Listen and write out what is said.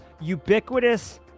ubiquitous